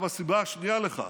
הסיבה השנייה לכך